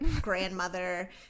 grandmother